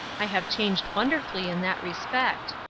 i have changed wonderfully in that respect.